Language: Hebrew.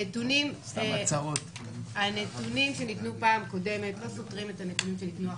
הנתונים שניתנו בפעם הקודמת לא סותרים את הנתונים שניתנו עכשיו.